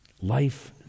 life